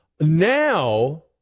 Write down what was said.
Now